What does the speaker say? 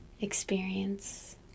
experience